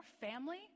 family